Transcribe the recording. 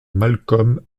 malcolm